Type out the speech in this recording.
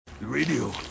Radio